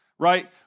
Right